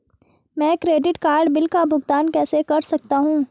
मैं credit card bill का भुगतान कैसे कर सकता हूं?